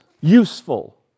useful